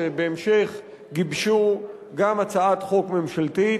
שבהמשך גיבשו גם הצעת חוק ממשלתית,